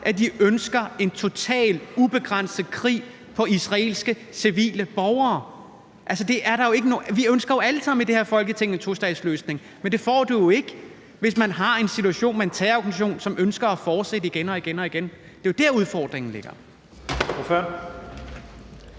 at de ønsker en total, ubegrænset krig mod civile israelske borgere? I det her Folketing ønsker vi alle sammen en tostatsløsning, men det får man jo ikke, hvis man har en situation med en terrororganisation, som ønsker at fortsætte igen og igen. Det er jo der, udfordringen ligger.